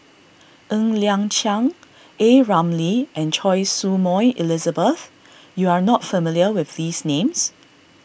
Ng Liang Chiang A Ramli and Choy Su Moi Elizabeth you are not familiar with these names